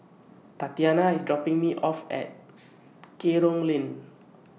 Tatiana IS dropping Me off At Kerong Lane